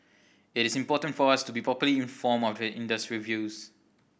it is important for us to be properly informed of the industry views